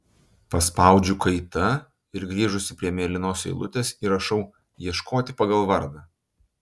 paspaudžiu kaita ir grįžusi prie mėlynos eilutės įrašau ieškoti pagal vardą